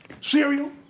cereal